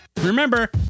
Remember